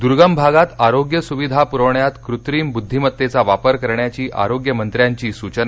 दुर्गम भागात आरोग्य सुविधा पुरवण्यात कृत्रिम बुद्धिमत्तेचा वापर करण्याची आरोग्य मंत्र्यांची सूचना